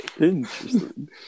Interesting